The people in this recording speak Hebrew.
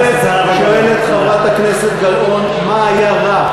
מה היה רע